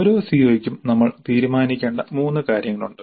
ഓരോ സിഒയ്ക്കും നമ്മൾ തീരുമാനിക്കേണ്ട മൂന്ന് കാര്യങ്ങളുണ്ട്